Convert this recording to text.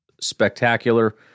spectacular